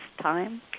time